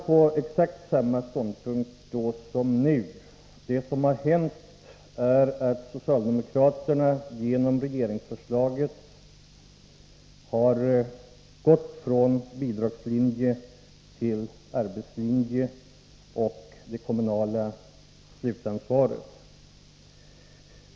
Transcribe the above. Vi har exakt samma ståndpunkt nu som då. Det som har hänt är att socialdemokraterna genom regeringsförslaget har övergivit bidragslinjen till förmån för arbetslinjen och det kommunala slutansvaret.